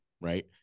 right